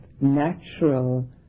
natural